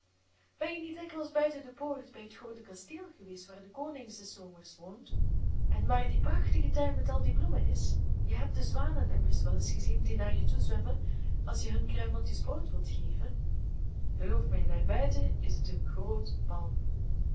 ben je niet dikwijls buiten de poort bij het groote kasteel geweest waar de koning des zomers woont en waar die prachtige tuin met al die bloemen is je hebt de zwanen immers wel eens gezien die naar je toe zwemmen als je hun kruimeltjes brood wilt geven geloof mij daar buiten is het een groot bal